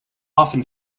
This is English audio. often